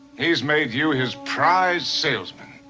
he's made you his prize salesman,